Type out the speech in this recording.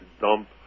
dump